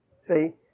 See